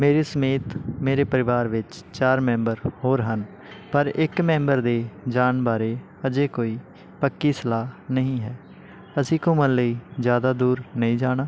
ਮੇਰੇ ਸਮੇਤ ਮੇਰੇ ਪਰਿਵਾਰ ਵਿੱਚ ਚਾਰ ਮੈਂਬਰ ਹੋਰ ਹਨ ਪਰ ਇੱਕ ਮੈਂਬਰ ਦੇ ਜਾਣ ਬਾਰੇ ਹਜੇ ਕੋਈ ਪੱਕੀ ਸਲਾਹ ਨਹੀਂ ਹੈ ਅਸੀਂ ਘੁੰਮਣ ਲਈ ਜ਼ਿਆਦਾ ਦੂਰ ਨਹੀਂ ਜਾਣਾ